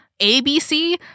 ABC